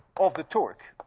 of the torque,